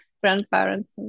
grandparents